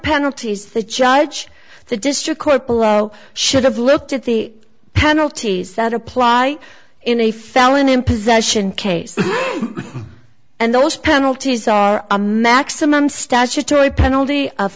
penalties the charge the district court below should have looked at the penalties that apply in a felon in possession case and those penalties are a maximum statutory penalty of